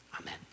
amen